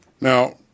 Now